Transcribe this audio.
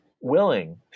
willing